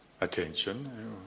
attention